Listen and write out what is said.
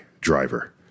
driver